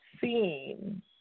seen